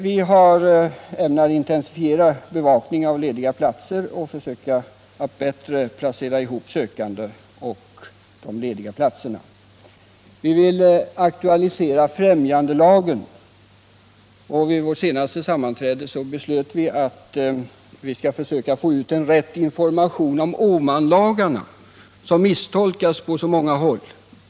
Vi ämnar intensifiera bevakningen av lediga platser och försöka bättre föra ihop de sökande och de lediga platserna. Vi vill aktualisera främjandelagen, och vid vårt senaste sammanträde beslöt vi försöka få ut rätt information om Åmanlagarna, som misstolkas på så många håll.